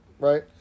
Right